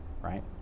right